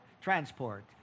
transport